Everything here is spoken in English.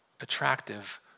attractive